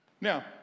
now